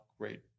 great